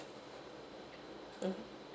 mm